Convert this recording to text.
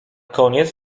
koniec